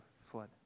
flood